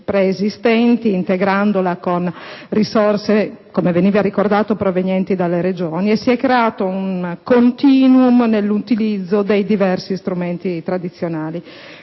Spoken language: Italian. preesistenti, integrandola con risorse - come veniva ricordato - provenienti dalle Regioni, e si è creato un *continuum* nell'utilizzo dei diversi strumenti tradizionali.